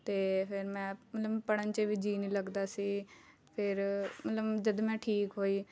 ਅਤੇ ਫਿਰ ਮੈਂ ਮਤਲਬ ਪੜ੍ਹਨ 'ਚ ਵੀ ਜੀਅ ਨਹੀਂ ਲੱਗਦਾ ਸੀ ਫਿਰ ਮਤਲਬ ਜਦ ਮੈਂ ਠੀਕ ਹੋਈ